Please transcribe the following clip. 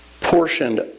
portioned